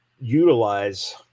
utilize